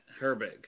Herbig